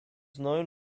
known